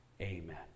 amen